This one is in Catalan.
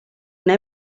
una